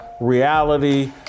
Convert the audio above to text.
reality